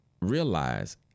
realize